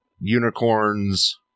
unicorns